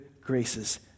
graces